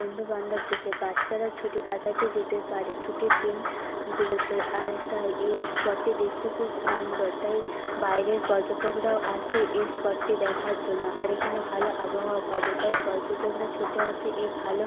বন্ধু বান্ধব দেশে বাচ্চারাও ছুটি কাটাতে যেতে পারে ছুটির দিনগুলোতে আর তাই এই স্পটটি দেখতে খুব সুন্দর তাই বাইরের পর্যটকরাও আসে এই স্পটটি দেখার জন্য আর এখানে ভালো আবহাওয়াও পাওয়া যায় তাই পর্যটকরা ছুটে আসে এই ভালো